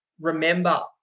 remember